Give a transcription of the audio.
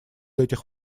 этих